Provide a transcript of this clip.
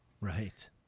Right